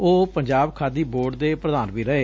ਉਹ ਪੰਜਾਬ ਖਾਦੀ ਬੋਰਡ ਦੇ ਪੁਧਾਨ ਵੀ ਰਹੇ